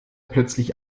plötzlich